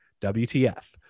WTF